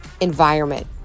environment